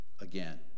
again